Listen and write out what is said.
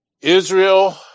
Israel